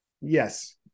Yes